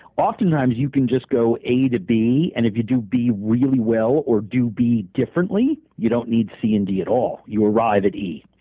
oftentimes you can just go a to b, and if you do b really well or do b differently, you don't need c and d at all. you arrive at e.